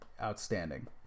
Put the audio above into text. outstanding